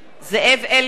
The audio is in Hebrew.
זאב אלקין,